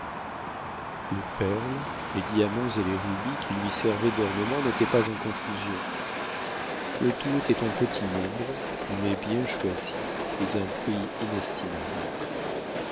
les perles les diamants et les rubis qui lui servaient d'ornement n'étaient pas en confusion le tout était en petit nombre mais bien choisi et d'un prix inesdmable